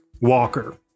Walker